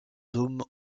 dôme